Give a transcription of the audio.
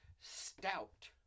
stout